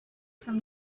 from